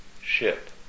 ship